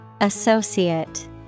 Associate